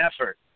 effort